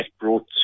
brought